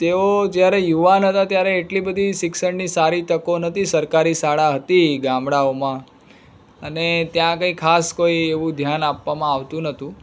તેઓ જયારે યુવાન હતાં ત્યારે એટલી બધી શિક્ષણની સારી તકો નહોતી સરકારી શાળા હતી ગામડાઓમાં અને ત્યાં કંઈ ખાસ કોઈ એવું ધ્યાન આપવામાં આવતું નહોતું